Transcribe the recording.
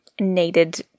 needed